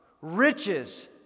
riches